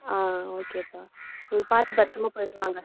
okay பா நீங்கள் பார்த்து பத்தரமாக போய்விட்டு வாங்க